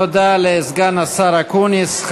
תודה לסגן השר אקוניס.